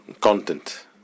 content